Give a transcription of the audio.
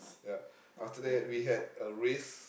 ya after that we had a race